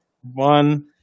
one